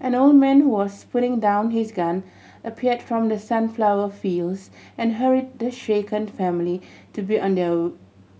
an old man who was putting down his gun appeared from the sunflower fields and hurry the shaken family to be on their